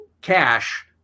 cash